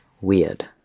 weird